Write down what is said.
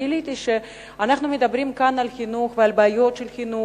שגיליתי שאנחנו מדברים כאן על חינוך ועל בעיות של חינוך,